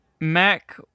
Mac